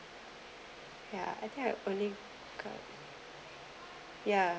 ya I think I only got ya